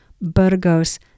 Burgos